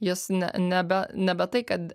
jis ne nebe nebe tai kad